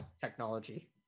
technology